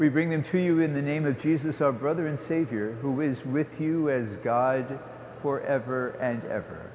we bring them to you in the name of jesus our brother and savior who is with you as god for ever and ever